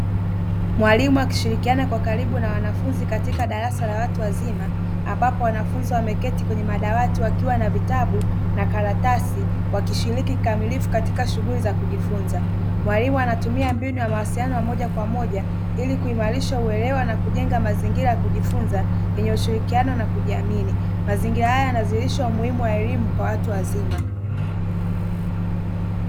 Mwalimu akishirikiana kwa karibu na wanafunzi katika darasa la watu wazima ambapo wanafunzi wameketi katika madawati wakiwa na vitabu na karatasi wakishiriki kikamilifu katika shughuli za kujifunza, mwalimu anatumia mbinu ya mawasiliano ya moja kwa moja ili kuimarisha uelewa na kujenga mazingira ya kujifunza yenye ushirikiano na kujiamini mazingira haya yanadhihirisha umuhimu wa elimu kwa watu wazima.